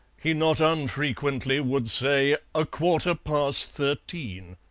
he not unfrequently would say, a quarter past thirteen.